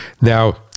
Now